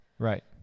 Right